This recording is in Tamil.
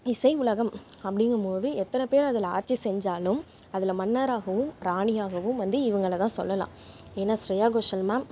இசை உலகம் அப்டிங்கும்போது எத்தனை பேர் அதில் ஆட்சி செஞ்சாலும் அதில் மன்னராகவும் ராணியாகவும் வந்து இவங்களதான் சொல்லலாம் ஏன்னா ஸ்ரேயா கோஷன் மேம்